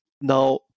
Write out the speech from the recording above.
Now